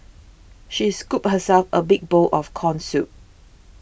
she scooped herself a big bowl of Corn Soup